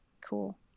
Cool